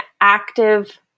active